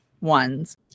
ones